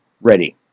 ready